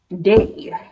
day